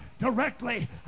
directly